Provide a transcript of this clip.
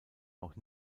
auch